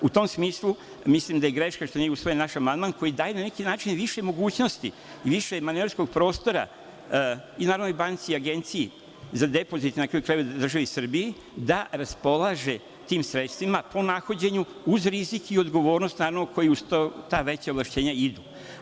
U tom smislu mislim da je greška što nije usvojen naš amandman koji daje na neki način više mogućnosti, više maneverskog prostora, i Narodnoj banci i Agenciji za depozit, na kraju krajeva državi Srbiji, da raspolaže tim sredstvima po nahođenju, uz rizik i odgovornost, naravno, koji uz ta veća ovlašćenja idu.